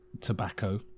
tobacco